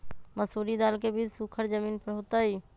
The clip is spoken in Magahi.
मसूरी दाल के बीज सुखर जमीन पर होतई?